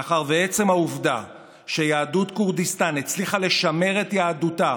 מאחר שעצם העובדה שיהדות כורדיסטן הצליחה לשמר את יהדותה